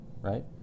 right